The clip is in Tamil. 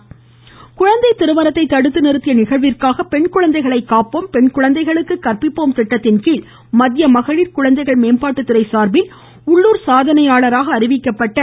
நடக்கவிருந்த குழந்தை திருமணத்தை தடுத்து நிறுத்திய தமக்கு நிகழ்விற்காக பெண் குழந்தைகளை காப்போம் பெண் குழந்தைகளுக்கு கற்பிப்போம் திட்டத்தின்கீழ் மத்திய மகளிர் குழந்தைகள் மேம்பாட்டுத்துறை சார்பில் உள்ளுர் சாதனையாளராக அறிவிக்கப்பட்ட சு